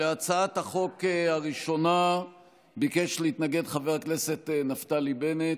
להצעת החוק הראשונה ביקש להתנגד חבר הכנסת נפתלי בנט.